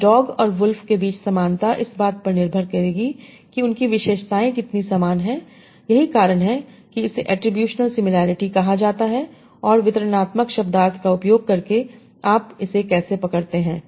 तो डॉग और वुल्फ के बीच समानता इस बात पर निर्भर करेगी कि उनकी विशेषताएं कितनी समान हैं यही कारण है कि इसे एट्रिब्यूशनल सिमिलैरिटी कहा जाता है और वितरणात्मक शब्दार्थ का उपयोग करके आप इसे कैसे पकड़ते हैं